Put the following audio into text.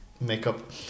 makeup